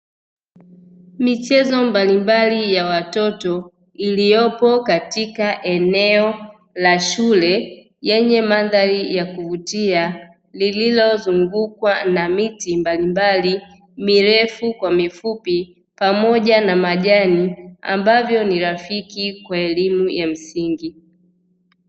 Michezo mbalimbali ya watoto iliyopo katka eneo la shule yenye mandhari ya kuvutua, lililozungukwa na miti mbalimbali mirefu kwa mifupi pamoja na majani ambavyo ni rafiki kwa elimu ya msingi.